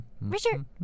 Richard